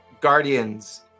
guardians